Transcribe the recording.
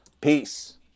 Peace